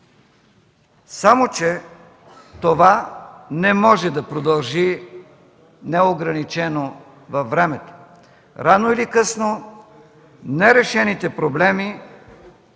Само че това не може да продължи неограничено във времето. Рано или късно нерешените проблеми